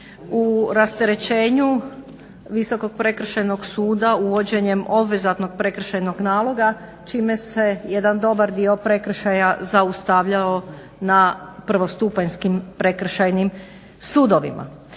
u rasterećenju Visokog prekršajnog suda uvođenjem obvezatnog prekršajnog naloga čime se jedan dobar dio prekršaja zaustavljao na prvostupanjskim prekršajnim sudovima.